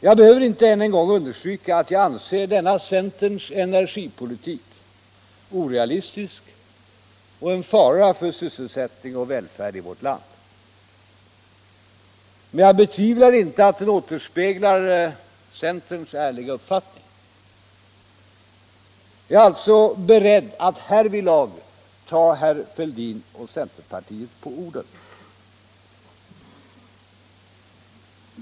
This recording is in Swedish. Jag behöver icke än en gång understryka att jag anser denna centerns energipolitik orealistisk och en fara för sysselsättning och välfärd i vårt land. Men jag betvivlar inte att den återspeglar centerns ärliga uppfattning. Jag är alltså beredd att härvidlag ta herr Fälldin och centerpartiet på orden.